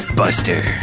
buster